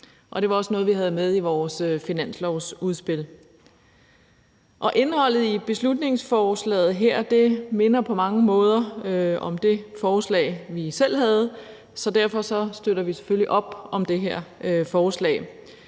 Det var også noget, vi havde med i vores finanslovsudspil. Og indholdet i beslutningsforslaget her minder på mange måder om det forslag, vi selv havde, så derfor støtter vi selvfølgelig op om det her forslag